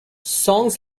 songs